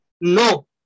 No